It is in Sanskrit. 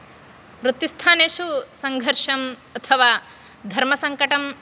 वृत्तिस्थानेषु सङ्घर्षम् अथवा धर्मसङ्कटः